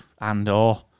Andor